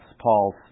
Paul's